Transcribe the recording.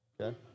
okay